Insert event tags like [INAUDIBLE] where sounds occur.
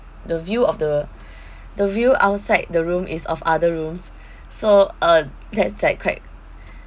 the view of the [BREATH] the view outside the room is of other rooms so uh that's like quite [BREATH]